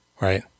right